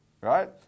right